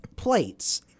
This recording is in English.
plates